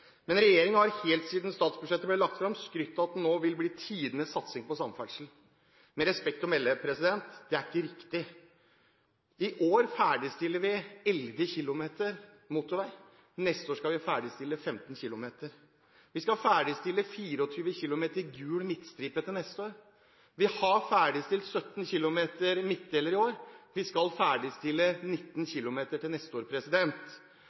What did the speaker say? Men regjeringen har helt siden statsbudsjettet ble lagt fram, skrytt av at det nå vil bli tidenes satsing på samferdsel. Med respekt å melde: Det er ikke riktig. I år ferdigstiller vi 11 km motorvei, neste år skal vi ferdigstille 15 km. Vi skal ferdigstille 24 km gul midtstripe til neste år. Vi har ferdigstilt 17 km midtdelere i år, vi skal ferdigstille 19 km til neste år.